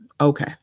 okay